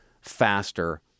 faster